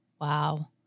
Wow